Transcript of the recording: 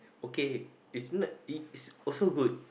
okay it's not it's also